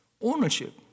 Ownership